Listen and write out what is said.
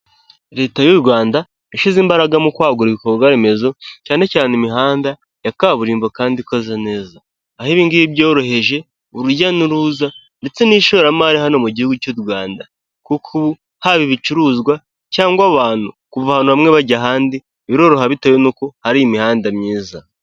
Leta y'u Rwanda yashyize imbaraga mu kwagura ibikorwa remezo cyane cyane imihanda ya kaburimbo kandi ikoze neza, aho ibi ngibi byoroheje urujya n'uruza ndetse n'ishoramari hano mu gihugu cy'u Rwanda, kuko haba ibicuruzwa cyangwa abantu kuva ahantu hamwe bajya ahandi biroroha bitewe n'uko hari imihanda myiza.